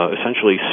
essentially